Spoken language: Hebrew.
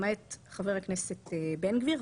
למעט חבר הכנסת בן גביר.